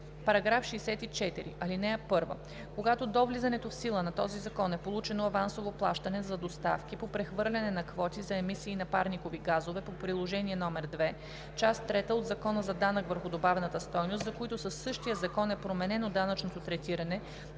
§ 64. (1) Когато до влизането в сила на този закон е получено авансово плащане за доставки по прехвърляне на квоти за емисии на парникови газове по приложение № 2, част трета от Закона за данък върху добавената стойност, за които със същия закон е променено данъчното третиране